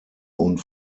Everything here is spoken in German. und